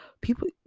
people